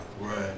Right